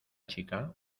chica